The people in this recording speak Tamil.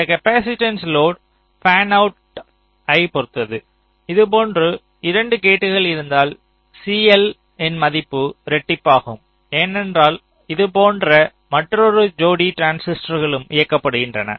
இந்த காப்பாசிட்டன்ஸ் லோடு பேன்அவுட்டை பொறுத்தது இதுபோன்ற 2 கேட்கள் இருந்தால் CL இன் மதிப்பு இரட்டிப்பாகும் ஏனென்றால் இதுபோன்ற மற்றொரு ஜோடி டிரான்சிஸ்டர்களும் இயக்கப்படுகின்றன